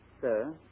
sir